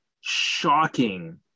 Shocking